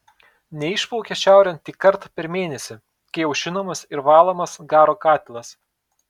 neišplaukia šiaurėn tik kartą per mėnesį kai aušinamas ir valomas garo katilas